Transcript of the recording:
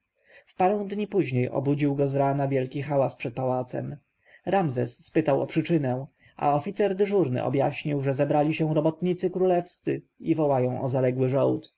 w parę dni później obudził go z rana wielki hałas pod pałacem ramzes spytał o przyczynę a oficer dyżurny objaśnił że zebrali się robotnicy królewscy i wołają o zaległy żołd